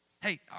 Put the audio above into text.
Hey